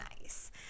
Nice